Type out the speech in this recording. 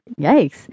Yikes